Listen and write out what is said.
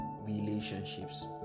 relationships